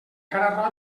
cara